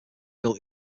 built